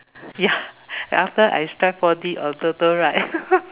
ya after I strike four-D or TOTO right